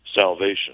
salvation